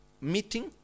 meeting